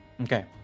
Okay